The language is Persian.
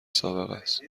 سابقست